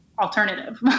alternative